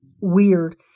weird